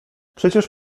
przecież